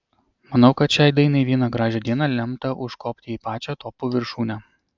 manau kad šiai dainai vieną gražią dieną lemta užkopti į pačią topų viršūnę